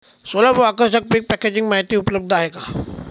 सुलभ व आकर्षक पीक पॅकेजिंग माहिती उपलब्ध आहे का?